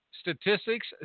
statistics